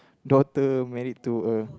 daughter married to a